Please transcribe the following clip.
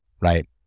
right